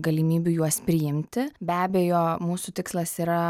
galimybių juos priimti be abejo mūsų tikslas yra